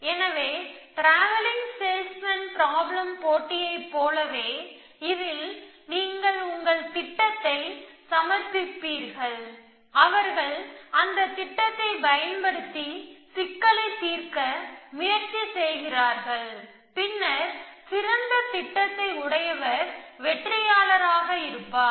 எனவே travelling salesman problem போட்டியைப் போலவே இதில் நீங்கள் உங்கள் திட்டத்தை சமர்ப்பிக்கிறீர்கள் அவர்கள் அந்தத் திட்டத்தை பயன்படுத்தி சிக்கலை தீர்க்க முயற்சி செய்கிறார்கள் பின்னர் சிறந்த திட்டத்தை உடையவர் வெற்றியாளராக இருப்பார்